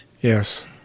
Yes